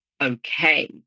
okay